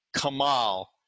Kamal